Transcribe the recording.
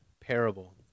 parable